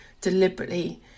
deliberately